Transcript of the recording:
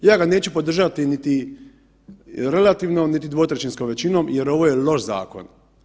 Ja ga neću podržati niti relativnom niti dvotrećinskom većinom jer ovo je loš zakon.